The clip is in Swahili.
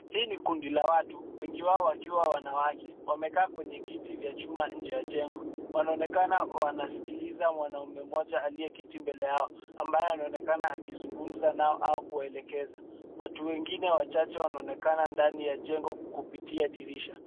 Hii ni kundi la watu wengi wao wakiwa wanawake. Wamekaa kwenye kiti vya chuma nje ya jengo. Wanaonekana wanasikiliza mwanaume mmoja aliyeketi mbele yao ambaye anaonekana akizungumza nao au kuwaelekeza. Watu wengine wachache wanaonekana ndani ya jengo kupitia dirisha.